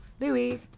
Louis